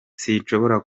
sinshobora